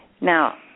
now